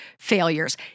failures